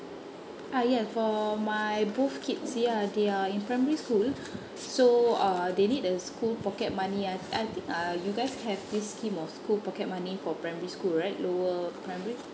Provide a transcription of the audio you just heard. ah yes for my both kids see ya they are in primary school so err they need the school pocket money I I think uh you guys have this scheme of school pocket money for primary school right lower primary